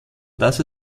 dass